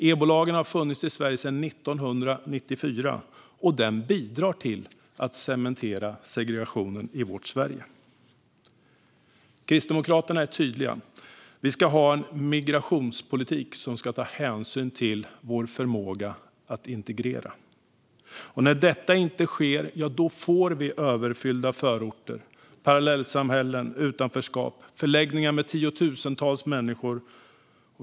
EBO-lagen har funnits i Sverige sedan 1994, och den bidrar till att cementera segregationen i vårt Sverige. Kristdemokraterna är tydliga: Vi ska ha en migrationspolitik som tar hänsyn till vår förmåga att integrera. När detta inte sker får vi överfyllda förorter, parallellsamhällen, utanförskap och förläggningar med tiotusentals människor.